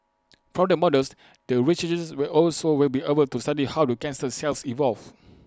from the models the will also will be able to study how the cancer cells evolve